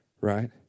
right